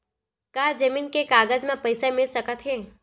का जमीन के कागज म पईसा मिल सकत हे?